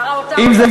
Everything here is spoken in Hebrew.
שר האוצר, אם זה